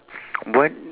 what